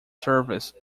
service